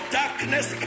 darkness